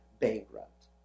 bankrupt